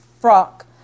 frock